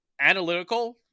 analytical